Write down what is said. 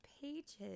pages